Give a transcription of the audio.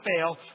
fail